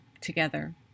together